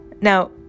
Now